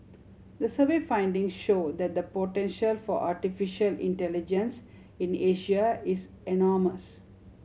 the survey finding show that the potential for artificial intelligence in Asia is enormous